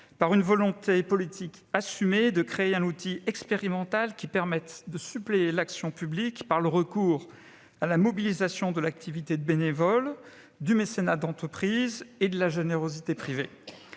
la volonté politique assumée de créer un outil expérimental qui puisse suppléer l'action publique par le recours à la mobilisation de l'activité de bénévoles, au mécénat d'entreprise et à la générosité privée.